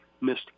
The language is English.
missed